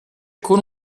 con